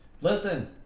Listen